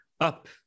up